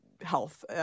health